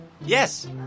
yes